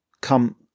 come